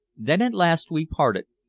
then at last we parted,